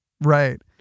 Right